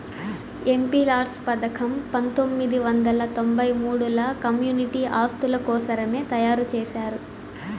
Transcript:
MPLADS పథకం పంతొమ్మిది వందల తొంబై మూడుల కమ్యూనిటీ ఆస్తుల కోసరమే తయారు చేశారు